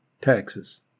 taxes